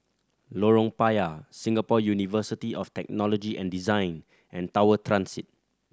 Lorong Payah Singapore University of Technology and Design and Tower Transit